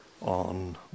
on